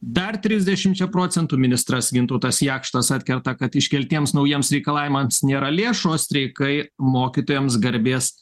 dar trisdešimčia procentų ministras gintautas jakštas atkerta kad iškeltiems naujiems reikalavimams nėra lėšų o streikai mokytojams garbės